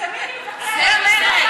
זה המרד?